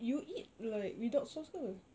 you eat like without sauce ke